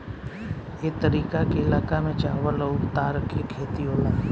ए तरीका के इलाका में चावल अउर तार के खेती होला